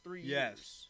Yes